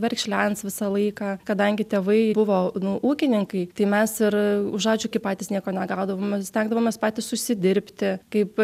verkšlens visą laiką kadangi tėvai buvo nu ūkininkai tai mes ir už ačiū kai patys nieko negaudavom ir stengdavomės patys užsidirbti kaip